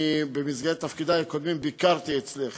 במסגרת תפקידי הקודמים ביקרתי אצלך